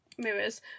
Mirrors